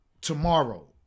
tomorrow